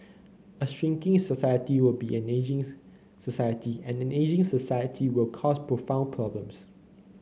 a shrinking society will be an ageing society and an ageing society will cause profound problems